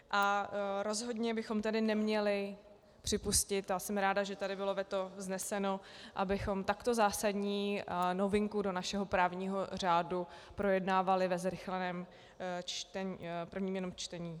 A rozhodně bychom tedy neměli připustit, a jsem ráda, že tady bylo veto vzneseno, abychom takto zásadní novinku do našeho právního řádu projednávali ve zrychleném jenom v prvním čtení.